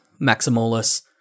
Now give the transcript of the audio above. Maximolus